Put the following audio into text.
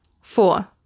Four